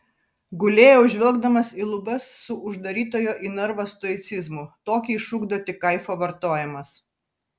gulėjau žvelgdamas į lubas su uždarytojo į narvą stoicizmu tokį išugdo tik kaifo vartojimas